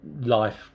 life